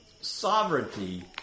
sovereignty